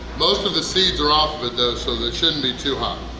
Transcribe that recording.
most of the seeds are off of it though so they shouldn't be too hot.